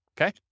Okay